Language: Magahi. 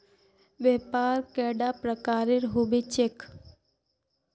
व्यापार कैडा प्रकारेर होबे चेक?